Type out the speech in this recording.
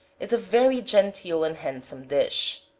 is a very genteel and handsome dish.